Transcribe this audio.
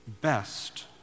best